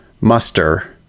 muster